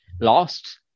lost